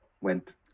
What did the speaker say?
went